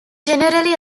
generally